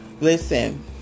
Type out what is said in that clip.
Listen